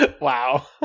Wow